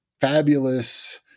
fabulous